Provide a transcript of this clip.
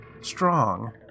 strong